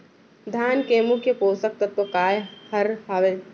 धान के मुख्य पोसक तत्व काय हर हावे?